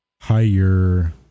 higher